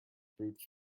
brute